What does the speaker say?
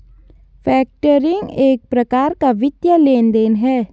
factoring एक प्रकार का वित्तीय लेन देन है